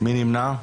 מי נמנע?